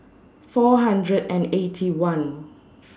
four hundred and Eighty One